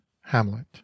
hamlet